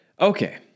Okay